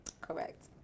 Correct